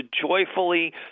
joyfully